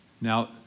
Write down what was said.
Now